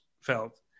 felt